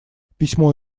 письмо